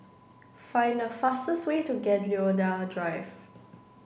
find the fastest way to Gladiola Drive